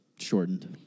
Shortened